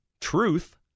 truth